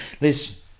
Listen